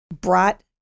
brought